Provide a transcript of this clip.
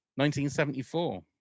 1974